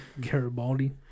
Garibaldi